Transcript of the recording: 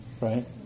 Right